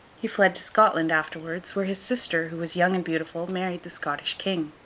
he fled to scotland afterwards, where his sister, who was young and beautiful, married the scottish king.